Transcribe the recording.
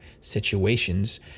situations